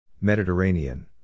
Mediterranean